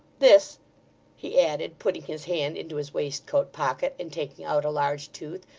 this he added, putting his hand into his waistcoat-pocket, and taking out a large tooth,